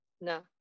no